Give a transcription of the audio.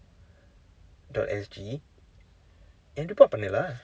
dot S_G and report பண்ணு:pannu lah